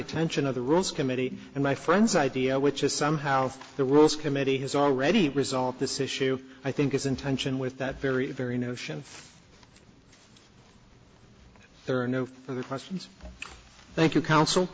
attention of the rules committee and my friends idea which is somehow the rules committee has already result this issue i think is in tension with that very very notion there are no further questions thank you counsel